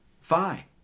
phi